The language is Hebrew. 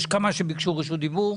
יש כמה שביקשו רשות דיבור.